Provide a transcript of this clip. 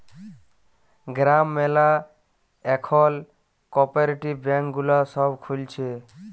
গ্রাম ম্যালা এখল cooperative bank গুলা সব খুলছে